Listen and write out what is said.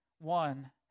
one